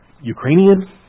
Ukrainian